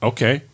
Okay